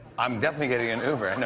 i'm definitely getting an uber. and